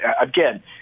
Again